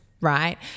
right